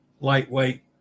lightweight